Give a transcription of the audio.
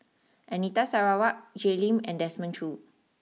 Anita Sarawak Jay Lim and Desmond Choo